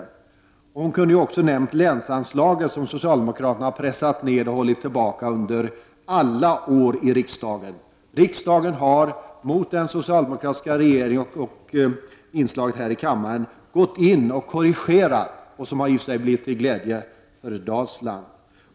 Britt Bohlin kunde också ha nämnt länsanslagen som socialdemokraterna har pressat ned och hållit tillbaka under alla år i riksdagen. Riksdagen har emellertid gått emot den socialdemokratiska regeringen och korrigerat länsanslagen till glädje för Dalsland.